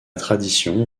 tradition